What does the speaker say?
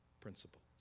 principles